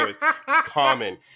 common